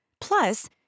Plus